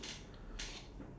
it's just like